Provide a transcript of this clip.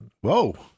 whoa